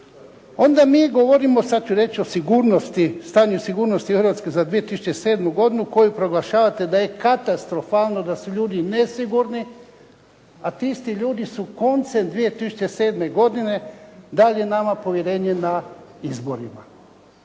onda mi govorimo sad ću reći o sigurnosti, stanju sigurnosti Hrvatske za 2007. godinu koju proglašavate da je katastrofalno, da su ljudi nesigurni, a ti isti ljudi su koncem 2007. godine dali nama povjerenje na izborima.